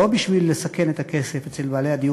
לא בשביל לסכן את הכסף אצל בעלי הדיור